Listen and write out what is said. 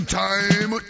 time